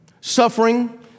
Suffering